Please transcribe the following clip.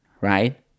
right